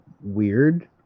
weird